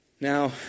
Now